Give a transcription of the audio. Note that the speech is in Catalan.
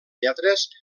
lletres